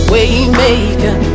Waymaker